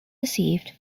deceived